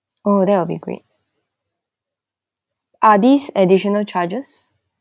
oh that will be great are this additional charges